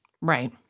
Right